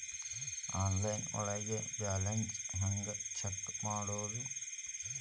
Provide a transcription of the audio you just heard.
Online ಒಳಗೆ balance ಹ್ಯಾಂಗ check ಮಾಡೋದು?